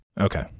Okay